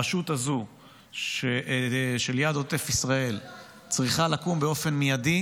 הרשות הזו של יד עוטף ישראל צריכה לקום באופן מיידי,